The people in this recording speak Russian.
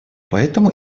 поэтому